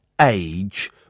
age